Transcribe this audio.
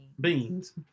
beans